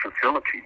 facility